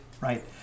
right